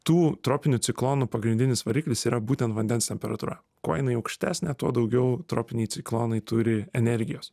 tų tropinių ciklonų pagrindinis variklis yra būtent vandens temperatūra kuo jinai aukštesnė tuo daugiau tropiniai ciklonai turi energijos